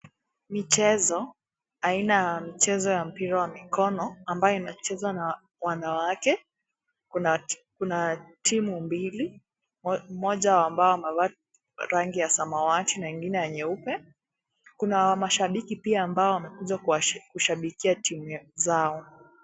Michezo aina ya mchezo ya mpira wa mkono ambao unachezwa na wanawake, kuna timu mbili moja ambao wamevaa rangi ya samawati na ingine ya nyeupe, kuna mashabiki pia ambao wamekuja kushabikia timu zao.